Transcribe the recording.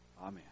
amen